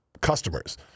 customers